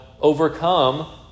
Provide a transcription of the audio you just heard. overcome